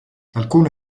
alcune